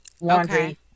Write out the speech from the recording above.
laundry